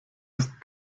ist